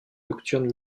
nocturnes